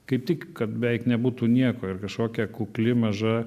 kaip tik kad beveik nebūtų nieko ir kažkokia kukli maža